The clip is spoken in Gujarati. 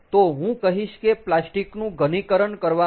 તો હું કહીશ કે પ્લાસ્ટિકનું ઘનીકરણ કરવા માટે